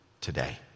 today